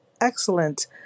Excellent